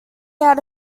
had